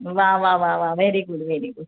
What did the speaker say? वा वा वा वा वेरी गुड वेरी गुड